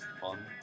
fun